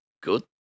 good